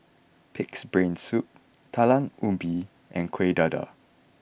Pig'S Brain Soup Yalam Ubi and Kueh Dadar